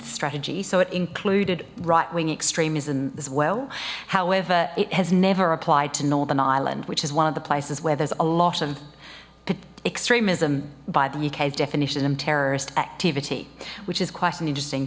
strategy so it included right wing extremism as well however it has never applied to northern ireland which is one of the places where there's a lot of extremism by the uk's definition of terrorist activity which is quite an interesting